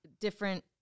different